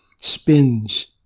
spins